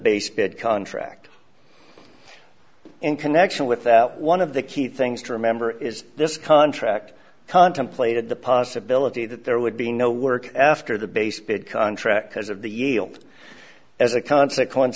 bid contract in connection with that one of the key things to remember is this contract contemplated the possibility that there would be no work after the base bid contract because of the yield as a consequence